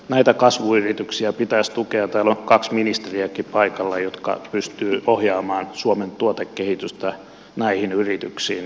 näitä kasvuyrityksiä pitäisi tukea ja täällä on kaksi ministeriäkin paikalla jotka pystyvät ohjaamaan suomen tuotekehitystä näihin yrityksiin